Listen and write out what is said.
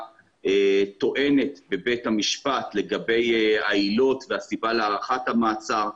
טוענת בבית המשפט לגבי העילות והסיבה להארכת המעצר.